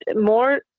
more